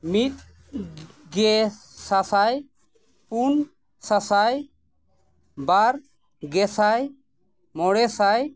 ᱢᱤᱫ ᱜᱮ ᱥᱟᱥᱟᱭ ᱯᱩᱱ ᱥᱟᱥᱟᱭ ᱵᱟᱨ ᱜᱮᱥᱟᱭ ᱢᱚᱬᱮ ᱥᱟᱭ